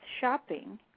shopping